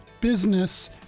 business